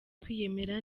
kwiyemera